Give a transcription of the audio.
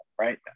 right